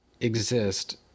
exist